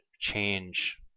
change